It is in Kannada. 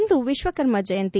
ಇಂದು ವಿಶ್ವಕರ್ಮ ಜಯಂತಿ